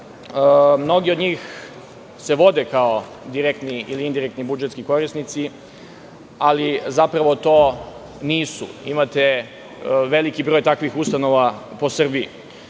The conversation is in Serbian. mnogi od njih vode kao direktni ili indirektni budžetski korisnici, ali zapravo to nisu. Imate veliki broj takvih ustanova po Srbiji. Kada